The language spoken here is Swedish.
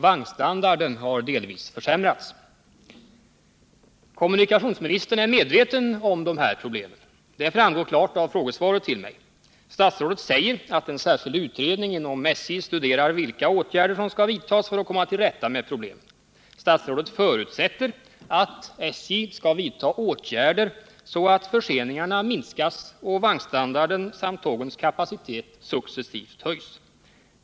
Vagnstandarden har också delvis försämrats. Kommunikationsministern är medveten om dessa problem. Det framgår klart av frågesvaret till mig. Statsrådet säger att en särskild utredning inom SJ studerar vilka åtgärder som skall vidtas för att komma till rätta med problemen. Statsrådet förutsätter också att SJ skall vidta åtgärder, så att förseningarna minskas och vagnstandarden samt tågens kapacitet successivt höjs.